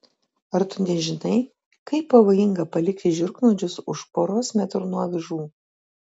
ar tu nežinai kaip pavojinga palikti žiurknuodžius už poros metrų nuo avižų